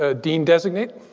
ah dean designate,